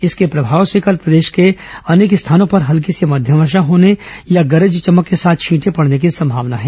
इसके प्रभाव से कल प्रदेश के अनेक स्थानों पर हल्की से मंध्यम वर्षा होने या गरज चमक के साथ छींटे पड़ने की संभावना है